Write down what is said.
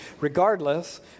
regardless